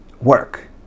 work